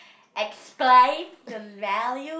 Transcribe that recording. explain the value